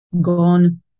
Gone